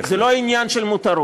זה לא עניין של מותרות.